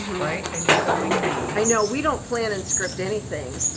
right and you're filming me. i know, we don't plan and script anything.